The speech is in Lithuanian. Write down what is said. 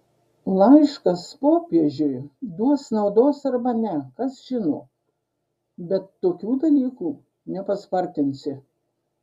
laiškas popiežiui duos naudos arba ne kas žino bet tokių dalykų nepaspartinsi